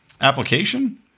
application